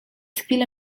chwilę